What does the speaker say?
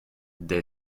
des